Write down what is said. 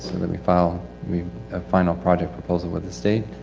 and that we file, we, our final project proposal with the state.